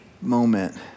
moment